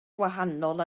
gwahanol